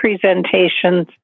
presentations